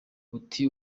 ati